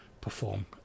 perform